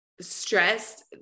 stressed